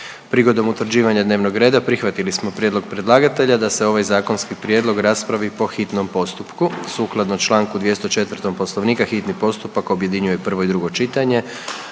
Prigodom utvrđivanja dnevnog reda prihvatili smo prijedlog predlagatelja da se ovaj zakonski prijedlog raspravi po hitnom postupku. Sukladno čl. 204. Poslovnika, hitni postupak objedinjuje prvo i drugo čitanje,